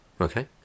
okay